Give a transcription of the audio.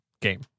game